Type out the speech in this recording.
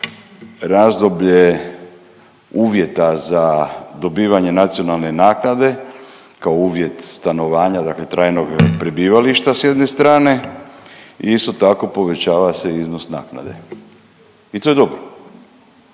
razdoblje uvjeta za dobivanje nacionalne naknade kao uvjet stanovanja, dakle trajnog prebivališta s jedne strane i isto tako povećava se iznos naknade. I to je dobro.